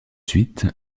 suite